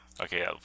Okay